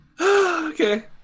Okay